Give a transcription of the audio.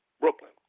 Brooklyn